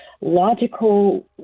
logical